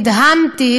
נדהמתי,